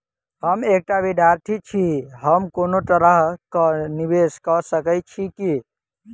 हम एकटा विधार्थी छी, हम कोनो तरह कऽ निवेश कऽ सकय छी की?